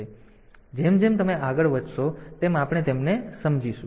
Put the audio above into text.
તેથી જેમ જેમ તમે આગળ વધશો તેમ આપણે તેમને સમજાવીશું